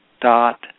dot